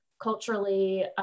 culturally